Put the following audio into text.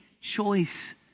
choice